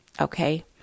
Okay